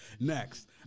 Next